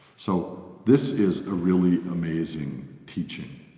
so this is a really amazing teaching!